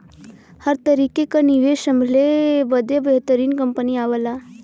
हर तरीके क निवेस संभले बदे बेहतरीन कंपनी आवला